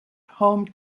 home